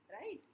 right